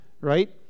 Right